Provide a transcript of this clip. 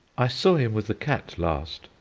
i saw him with the cat last,